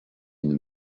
une